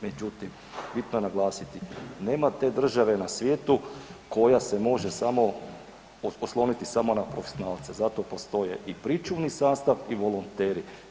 Međutim, bitno je naglasiti nema te države na svijetu koja se može samo, osloniti samo na profesionalce, zato postoje i pričuvni sastav i volonteri.